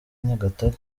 nyagatare